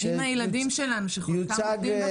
עם הילדים שלנו, שחלקם עובדים בחקלאות.